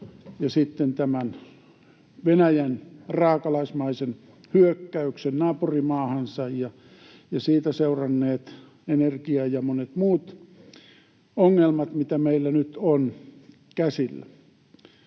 Venäjän raakalaismaisen hyökkäyksen naapurimaahansa ja siitä seuranneet energia- ja monet muut ongelmat, mitä meillä nyt on käsillä.